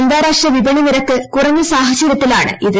അന്താർാഷ്ട്ര വിപണി നിരക്ക് കുറഞ്ഞ സാഹചര്യത്തിലാണ് ഇത്